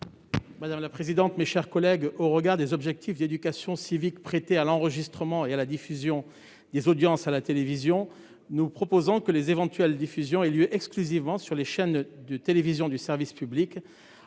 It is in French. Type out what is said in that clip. : La parole est à M. Hussein Bourgi. Au regard des objectifs d'éducation civique prêtés à l'enregistrement et à la diffusion des audiences à la télévision, nous proposons que les éventuelles diffusions aient lieu exclusivement sur les chaînes de télévision du service public.